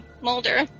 Mulder